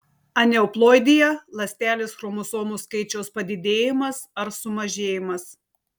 aneuploidija ląstelės chromosomų skaičiaus padidėjimas ar sumažėjimas